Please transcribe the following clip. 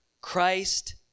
Christ